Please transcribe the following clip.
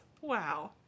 Wow